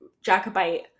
Jacobite